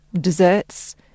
desserts